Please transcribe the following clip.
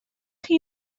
chi